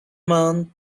month